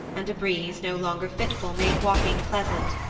and a breeze, no longer fitful, made walking pleasant.